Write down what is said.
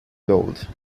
gold